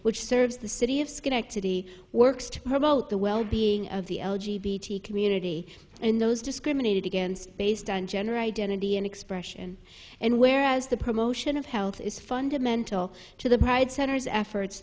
which serves the city of schenectady works to promote the wellbeing of the community and those discriminated against based on gender identity and expression and whereas the promotion of health is fundamental to the pride center's efforts